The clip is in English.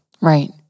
Right